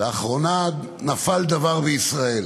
לאחרונה נפל דבר בישראל,